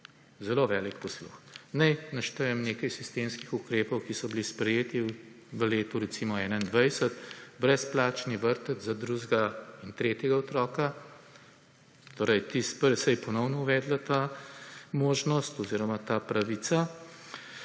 Zelo velik posluh. Naj naštejem nekaj sistemskih ukrepov, ki so bili sprejeti v letu, recimo 2021. Brezplačni vrtec za drugega in tretjega otroka. Torej se je ponovno uvedla ta možnost oziroma ta pravica.